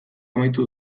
amaitu